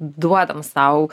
duodam sau